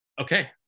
okay